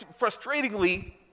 frustratingly